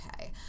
okay